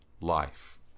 life